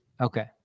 Okay